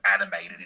animated